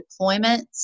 deployments